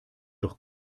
doch